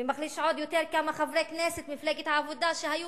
ומחליש עוד יותר כמה חברי הכנסת ממפלגת העבודה שהיו